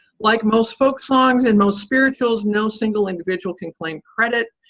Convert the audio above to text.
like most folk songs and most spirituals, no single individual can claim credit,